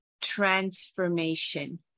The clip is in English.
transformation